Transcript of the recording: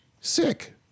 sick